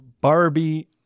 Barbie